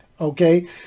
okay